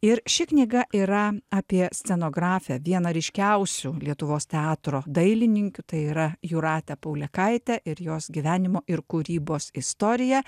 ir ši knyga yra apie scenografę vieną ryškiausių lietuvos teatro dailininkių tai yra jūratę paulėkaitę ir jos gyvenimo ir kūrybos istoriją